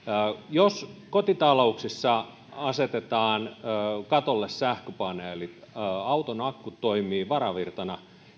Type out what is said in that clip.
jos kotitalouksissa asetetaan katolle sähköpaneeli auton akku toimii varavirtana